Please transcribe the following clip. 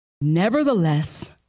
Nevertheless